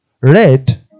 Red